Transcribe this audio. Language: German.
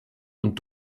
und